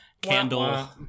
candle